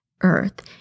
earth